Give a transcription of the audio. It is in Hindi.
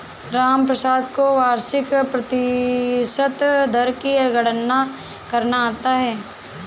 रामप्रसाद को वार्षिक प्रतिशत दर की गणना करना आता है